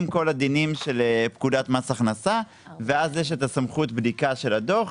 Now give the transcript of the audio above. כל הדינים של פקודת מס הכנסה ואז יש את סמכות הבדיקה של הדוח,